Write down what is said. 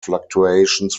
fluctuations